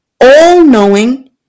all-knowing